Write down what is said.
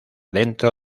dentro